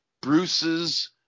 Bruce's